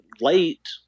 late